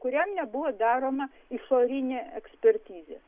kuriam nebuvo daroma išorinė ekspertizė